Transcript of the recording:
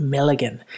Milligan